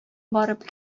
барып